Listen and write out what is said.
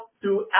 throughout